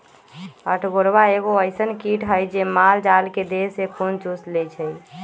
अठगोरबा एगो अइसन किट हइ जे माल जाल के देह से खुन चुस लेइ छइ